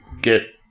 get